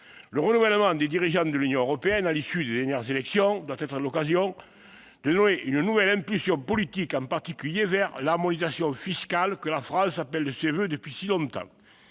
Le renouvellement des dirigeants de l'Union européenne à l'issue des dernières élections doit être l'occasion de donner une nouvelle impulsion politique, en particulier vers l'harmonisation fiscale, que la France appelle de ses voeux depuis si longtemps.